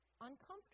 uncomfortable